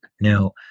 Now